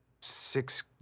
six